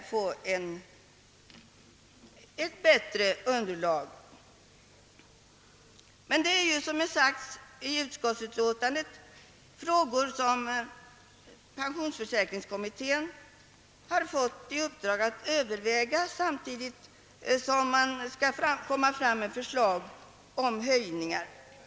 Men detta är, som det säges i utskottsutlåtandet, frågor som pensionsförsäkringskommittén har fått i uppdrag att överväga samtidigt som kommittén skall framlägga förslag om höjningar av folkpensionerna.